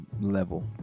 level